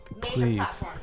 please